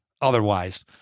otherwise